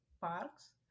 parks